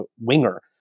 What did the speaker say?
winger